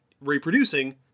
reproducing